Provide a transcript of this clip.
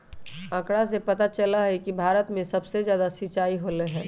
आंकड़ा से पता चलई छई कि भारत में सबसे जादा सिंचाई होलई ह